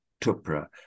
tupra